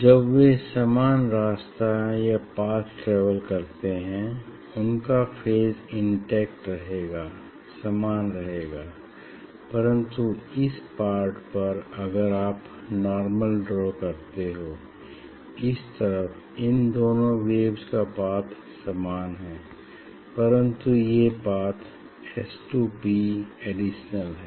जब वे समान रास्ता या पाथ ट्रेवल करते हैं उनका फेज इंटेक्ट रहेगा समान रहेगा परन्तु इस पार्ट पर अगर आप नार्मल ड्रॉ करते हो इस तरफ इन दोनों वेव्स का पाथ समान है परन्तु ये पाथ S2P एडिशनल है